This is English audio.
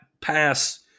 pass